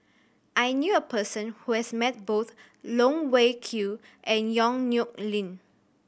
I knew a person who has met both Loh Wai Kiew and Yong Nyuk Lin